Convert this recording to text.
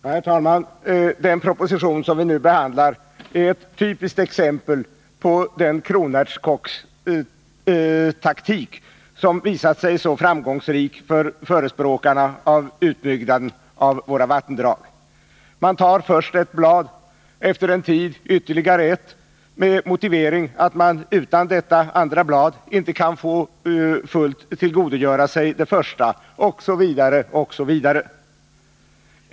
Herr talman! Den proposition som vi nu behandlar är ett typiskt exempel på den kronärtskockstaktik som visat sig så framgångsrik för förespråkarna av utbyggnaden av våra vattendrag. Man tar först ett blad, efter en tid ytterligare ett, med motivering att man utan detta andra blad inte kan fullt tillgodogöra sig det första, osv., osv.